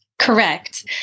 correct